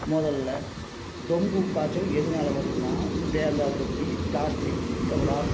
முதல்ல டொங்கு காய்ச்சல் எதனால வருதுன்னால் தேங்காய் தொட்டி ப்ளாஸ்டிக் டமளார்